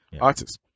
artists